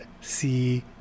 see